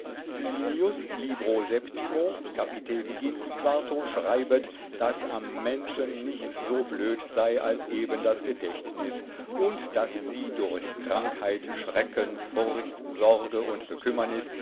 septime cap beginnt die quarto schreibet daß am menschen nichts so blöd sei als eben das gedächtnus und daß sie durch krankheit schrecken forcht sorge und bekümmernus